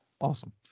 Awesome